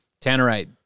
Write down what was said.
Tannerite